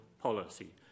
policy